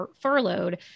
furloughed